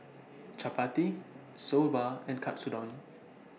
Chapati Soba and Katsudon